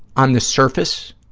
on the surface